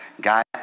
God